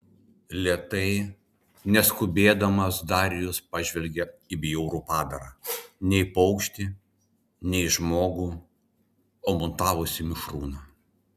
lėtai neskubėdamas darijus pažvelgė į bjaurų padarą nei paukštį nei žmogų o mutavusį mišrūną